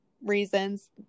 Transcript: reasons